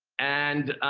and,